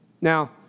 Now